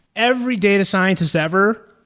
every data scientist ever,